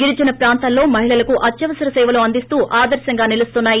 గిరిజన ప్రాంతాల్లో మహిళలకు అత్యవసర సేవలు అందిస్తూ ఆదర్రంగా నిలుస్తున్నాయి